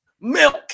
milk